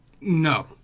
No